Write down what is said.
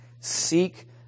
Seek